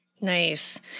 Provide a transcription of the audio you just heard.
Nice